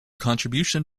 contribution